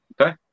Okay